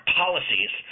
policies